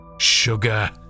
Sugar